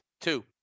two